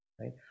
right